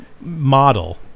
model